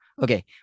Okay